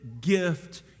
gift